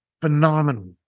phenomenal